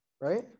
right